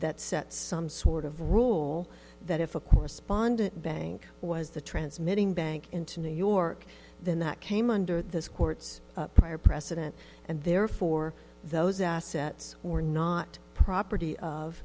that set some sort of rule that if a correspondent bank was the transmitting bank into new york then that came under this court's prior precedent and therefore those assets were not property of